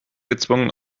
gezwungen